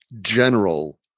general